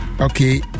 Okay